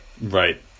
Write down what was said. Right